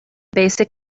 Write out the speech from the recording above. basic